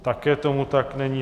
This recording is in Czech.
Také tomu tak není.